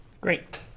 Great